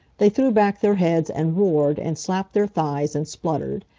they threw back their heads and roared, and slapped their thighs, and spluttered.